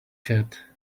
cat